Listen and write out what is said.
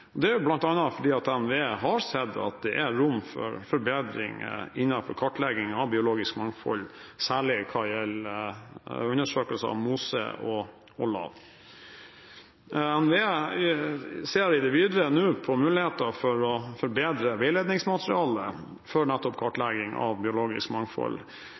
Det er bl.a. fordi NVE har sett at det er rom for forbedring innenfor kartlegging av biologisk mangfold, særlig hva gjelder undersøkelser av mose og lav. NVE ser i det videre nå på muligheter for å forbedre veiledningsmaterialet nettopp for kartlegging av biologisk mangfold,